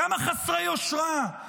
כמה חסרי יושרה?